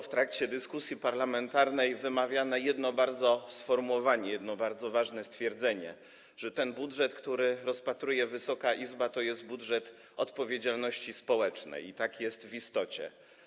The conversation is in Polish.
W trakcie dyskusji parlamentarnej było wymawiane jedno bardzo ważne sformułowanie, jedno bardzo ważne stwierdzenie, że ten budżet, który rozpatruje Wysoka Izba, to budżet odpowiedzialności społecznej, i tak jest w istocie.